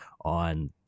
on